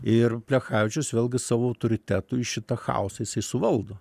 ir plechavičius vėlgi savo autoritetu į šitą chaosą jisai suvaldo